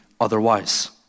otherwise